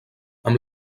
amb